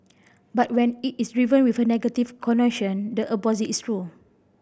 but when it is driven with a negative the opposite is true